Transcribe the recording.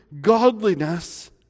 godliness